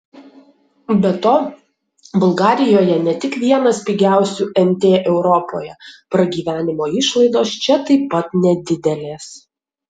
be to bulgarijoje ne tik vienas pigiausių nt europoje pragyvenimo išlaidos čia taip pat nedidelės